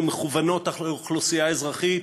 ומכוונות על אוכלוסייה אזרחית,